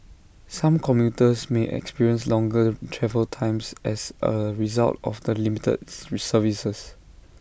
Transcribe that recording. some commuters may experience longer travel times as A result of the limited services